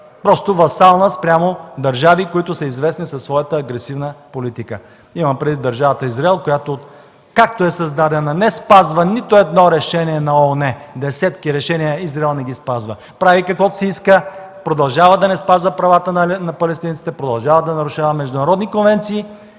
просто васална спрямо държави, които са известни със своята агресивна политика – имам предвид държавата Израел, която, откакто е създадена, не спазва нито едно решение на ООН – десетки решения не спазва Израел. Прави каквото си иска, продължава да не спазва правата на палестинците, продължава да нарушава международни конвенции